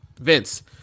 Vince